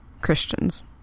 Christians